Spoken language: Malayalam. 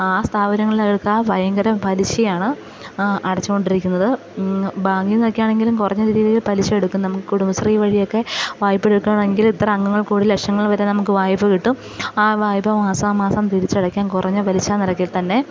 ആ സ്ഥാപനകളിലെടുത്ത ഭയങ്കര പലിശയാണ് അടച്ചു കൊണ്ടിരിക്കുന്നത് ബാങ്കിൽ നിന്നൊക്കെ ആണെങ്കിലും കുറഞ്ഞ രീതിയിൽ പലിശ എടുക്കും നമുക്ക് കുടുംബശ്രീ വഴിയൊക്കെ വായ്പ എടുക്കുകയാണെങ്കിൽ ഇത്ര അംഗങ്ങൾ കൂടി ലക്ഷങ്ങൾ വരെ നമുക്കു വായ്പ കിട്ടും ആ വായ്പ മാസാമാസം തിരിച്ചടക്കാം കുറഞ്ഞ പലിശ നിരക്കിൽ തന്നെ